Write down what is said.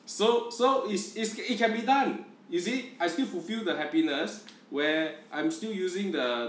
so so is is it can be done you see I still fulfil the happiness where I'm still using the